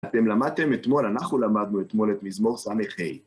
אתם למדתם אתמול, אנחנו למדנו אתמול, את מזמור ס"ה.